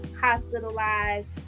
hospitalized